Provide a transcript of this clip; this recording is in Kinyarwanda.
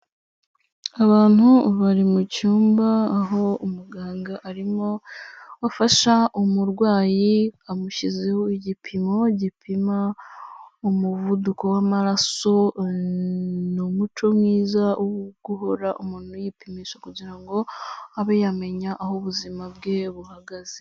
Abantu bari mucyumba aho umuganga arimo afasha umurwayi amushyizeho igipimo gipima umuvuduko w'amaraso, ni umuco mwiza wo guhora umuntu yipimisha kugirango abe yamenya aho ubuzima bwe buhagaze.